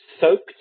soaked